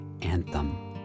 anthem